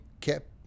kept